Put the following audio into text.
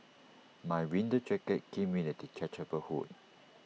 my winter jacket came with A detachable hood